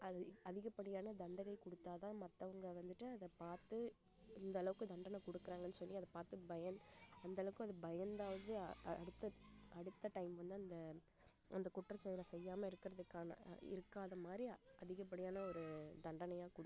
அது அதிகப்படியான தண்டனை கொடுத்தா தான் மற்றவங்க வந்துவிட்டு அதை பார்த்து இந்தளவுக்கு தண்டனை கொடுக்குறாங்கன்னு சொல்லி அதை பார்த்து பயந்து அந்தளவுக்கு அது பயந்தாவது அடுத்த அடுத்த டைம் வந்து அந்த அந்த குற்றச்செயலை செய்யாமல் இருக்கிறதுக்கான இருக்காத மாதிரி அதிகப்படியான ஒரு தண்டனையாக கொடுக்கணும்